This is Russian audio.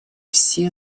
все